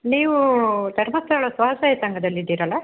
ನೀವು ಧರ್ಮಸ್ಥಳ ಸ್ವಸಹಾಯ ಸಂಘದಲ್ಲಿದ್ದೀರಲ್ಲ